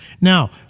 Now